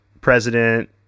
President